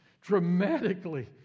dramatically